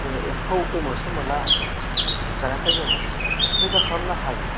जोङो एम्फौ बे मोस्रोम मोला जानायनिफ्राइ जोङो रैखा खालामनो हायो